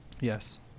Yes